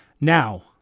Now